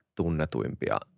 tunnetuimpia